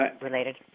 related